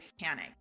panic